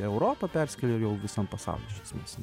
į europą perskėlė jau visam pasauly iš esmės